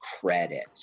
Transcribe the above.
credit